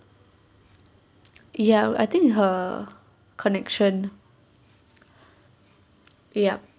ya I think her connection yup